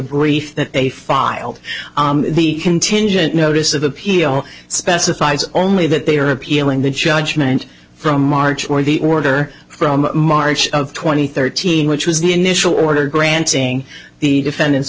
brief that they filed the contingent notice of appeal specifies only that they are appealing the judgment from march or the order from march of two thousand and thirteen which was the initial order granting the defendant's